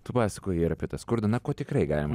tu pasakojai ir apie tą skurdą na ko tikrai galima